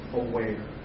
aware